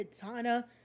Katana